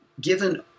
given